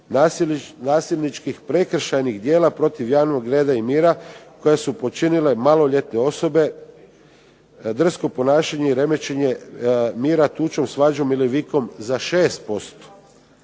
nasilničkih prekršajnih djela protiv javnog reda i mira koje su počinile maloljetne osobe, drsko ponašanje i remećenje mira tučom, svađom ili vikom za 6%